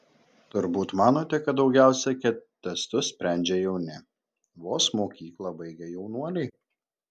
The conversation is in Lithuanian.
turbūt manote kad daugiausiai ket testus sprendžia jauni vos mokyklą baigę jaunuoliai